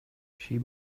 she